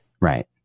Right